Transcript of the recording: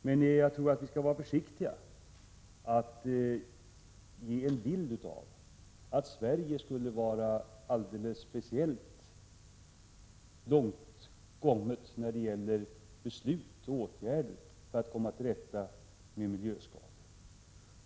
Men jag tror att vi skall vara försiktiga med att ge en bild av att Sverige skulle vara alldeles speciellt långt kommet när det gäller beslut och åtgärder för att komma till rätta med miljöskador.